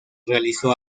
realizó